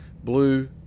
blue